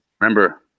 remember